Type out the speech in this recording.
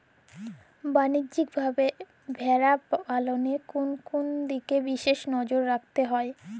বাণিজ্যিকভাবে ভেড়া পালনে কোন কোন দিকে বিশেষ নজর রাখতে হয়?